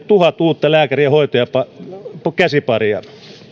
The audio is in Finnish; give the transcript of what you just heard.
tuhat uutta lääkäri ja hoitajakäsiparia